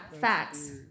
facts